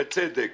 בצדק,